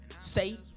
say